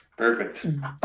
Perfect